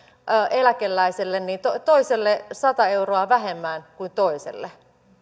eläkeläiselle toiselle sata euroa vähemmän kuin toiselle